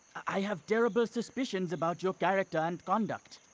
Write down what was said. i have terrible suspicions about your character and conduct.